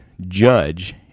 judge